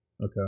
Okay